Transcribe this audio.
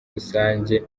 rusange